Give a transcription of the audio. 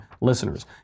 listeners